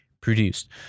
produced